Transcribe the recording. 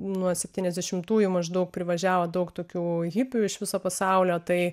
nuo septyniasdešimtųjų maždaug privažiavo daug tokių hipių iš viso pasaulio tai